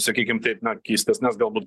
sakykim taip na keistesnes galbūt